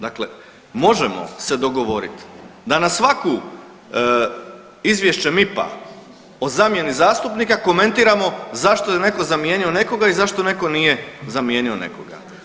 Dakle, možemo se dogovoriti da na svaku izvješće MIP-a o zamjeni zastupnika komentiramo zašto je neko zamijenio nekoga i zašto neko nije zamijenio nekoga.